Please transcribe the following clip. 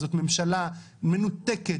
זאת ממשלה מנותקת,